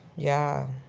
yeah,